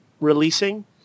releasing